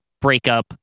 breakup